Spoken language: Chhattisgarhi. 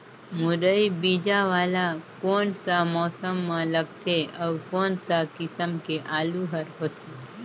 मुरई बीजा वाला कोन सा मौसम म लगथे अउ कोन सा किसम के आलू हर होथे?